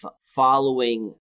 following